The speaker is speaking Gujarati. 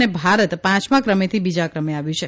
અને ભારત પાંચમા કરમેથી બીજા કરમે આવ્યું છે